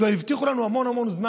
הבטיחו לנו תשובה המון זמן.